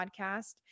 podcast